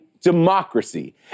democracy